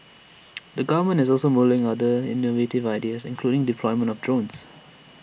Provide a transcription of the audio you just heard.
the government is also mulling other innovative ideas including the deployment of drones